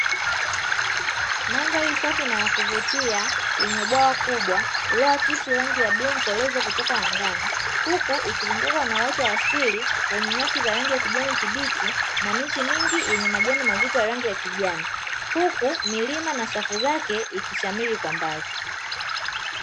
Mandhari safi na ya kuvutia yenye bwawa kubwa, lililoakisi ya bluu mkolezo kutoka angani, huku ikizungukwa na uoto wa asili wenye nyasi za rangi ya kijani kibichi na miti mingi yenye majani mazito ya rangi ya kijani; huku milima na safu zake ikishamiri kwa mbali.